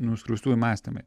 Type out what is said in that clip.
nuskriaustųjų mąstymai